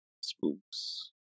spooks